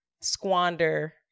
squander